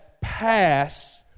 passed